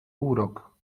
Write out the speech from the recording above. urok